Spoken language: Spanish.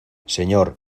señor